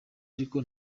ariko